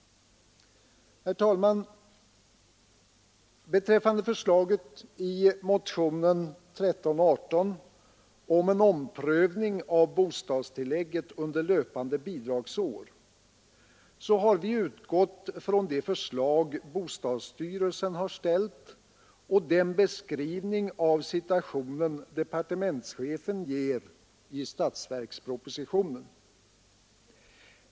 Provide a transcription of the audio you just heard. Beträffande förslaget i motionen 1318 om en omprövning av bostadstillägget under löpande bidragsår har vi utgått från det förslag bostadsstyrelsen har ställt och den beskrivning av situationen som departementchefen ger i statsverkspropositionen.